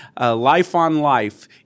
life-on-life